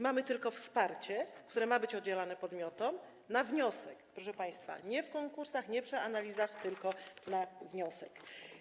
Mamy tylko wsparcie, które ma być udzielane podmiotom na wniosek, proszę państwa, nie w konkursach, nie przy analizach, tylko na wniosek.